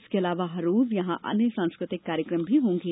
इसके अलावा हर रोज अन्य सांस्कृतिक कार्यक्रम भी होंगे